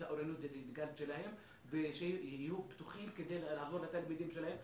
האוריינות הדיגיטלית שלהם ושיהיו פתוחים לעזור לתלמידים שלהם.